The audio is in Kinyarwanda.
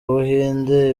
ubuhinde